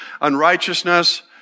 unrighteousness